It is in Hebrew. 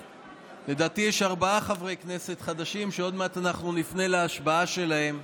לדעתי יש ארבעה חברי כנסת חדשים שעוד מעט אנחנו נפנה להשבעה שלהם.